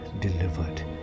delivered